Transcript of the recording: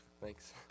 thanks